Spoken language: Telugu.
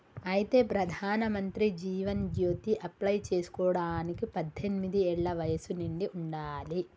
అయితే ప్రధానమంత్రి జీవన్ జ్యోతి అప్లై చేసుకోవడానికి పద్దెనిమిది ఏళ్ల వయసు నిండి ఉండాలి